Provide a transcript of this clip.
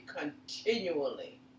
continually